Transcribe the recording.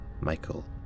Michael